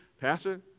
Pastor